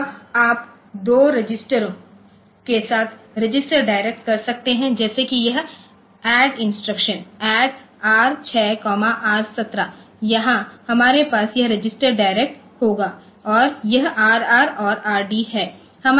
अब आप दो रजिस्टरों के साथ रजिस्टर डायरेक्ट कर सकते हैं जैसे कि यह add instruction add R 6 R 17 यहां हमारे पास यह रजिस्टर डायरेक्ट होगा और यह R r और R d